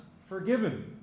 forgiven